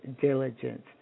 diligence